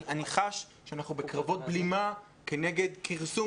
אני חש שאנחנו בקרבות בלימה כנגד כרסום